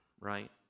right